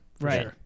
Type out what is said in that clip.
right